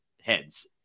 heads